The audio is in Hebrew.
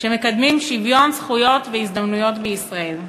שמקדמים שוויון זכויות והזדמנויות בישראל.